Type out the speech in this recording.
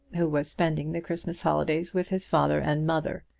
who was spending the christmas holidays with his father and mother,